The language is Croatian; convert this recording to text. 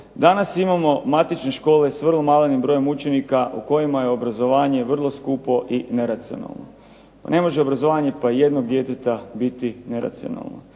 danas imamo matične škole s vrlo malenim brojem učenika u kojima je obrazovanje vrlo skupo i neracionalno. Pa ne može obrazovanje pa jednog djeteta biti neracionalno.